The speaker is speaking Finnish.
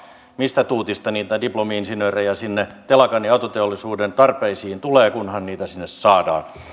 mistä tuutista niitä diplomi insinöörejä sinne telakan ja autoteollisuuden tarpeisiin tulee kunhan niitä sinne saadaan se